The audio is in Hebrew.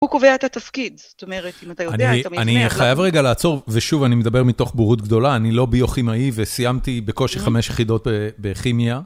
הוא קובע את התפקיד, זאת אומרת, אם אתה יודע, אתה מבין. אני חייב רגע לעצור, ושוב, אני מדבר מתוך בורות גדולה, אני לא ביוכימאי וסיימתי בקושי חמש יחידות בכימיה.